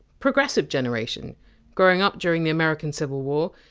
progressive generation growing up during the american civil war,